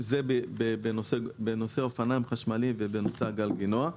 זה בנושא אופניים חשמליים ובנושא הגלגינוע.